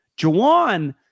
Jawan